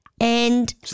And-